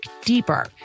deeper